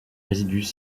résidus